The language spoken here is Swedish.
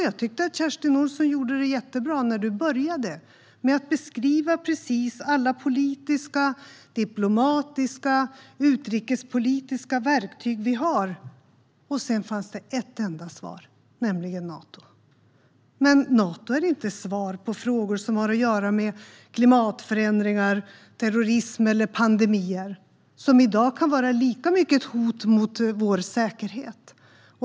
Jag tyckte att du, Kerstin Lundgren, gjorde det jättebra när du började med att beskriva precis alla politiska, diplomatiska och utrikespolitiska verktyg vi har. Sedan fanns det ett enda svar, nämligen Nato. Men Nato är inte svar på frågor som har att göra med klimatförändringar, terrorism eller pandemier, som i dag kan vara lika mycket ett hot mot vår säkerhet.